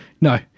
No